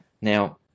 now